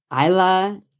Isla